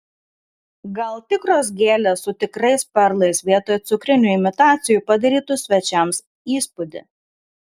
gal tikros gėlės su tikrais perlais vietoj cukrinių imitacijų padarytų svečiams įspūdį